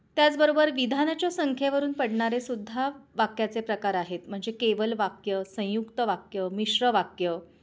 त्याचबरोबर विधानाच्या संख्येवरून पडणारेसुद्धा वाक्याचे प्रकार आहेत म्हणजे केवल वाक्य संयुक्त वाक्य मिश्र वाक्य